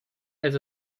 has